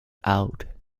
out